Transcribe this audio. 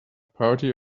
party